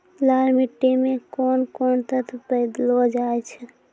लाल मिट्टी मे कोंन कोंन तत्व पैलो जाय छै?